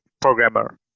programmer